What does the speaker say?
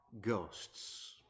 ghosts